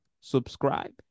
subscribe